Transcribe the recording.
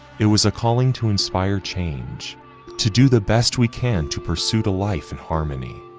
it was a calling to inspire change to do the best we can to pursuit a life in harmony,